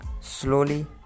slowly